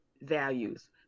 values